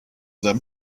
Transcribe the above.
them